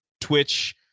Twitch